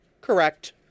correct